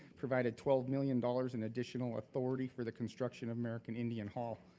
provided twelve million dollars in additional authority for the construction of american indian hall.